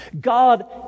God